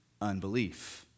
Unbelief